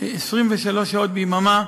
23 שעות ביממה.